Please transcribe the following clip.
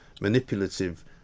manipulative